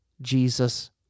Jesus